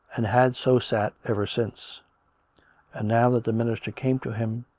and had so sat ever since and now that the minister came to him,